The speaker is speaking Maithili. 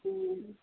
हूँ